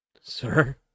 Sir